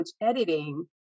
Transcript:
editing